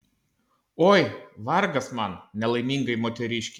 oi vargas man nelaimingai moteriškei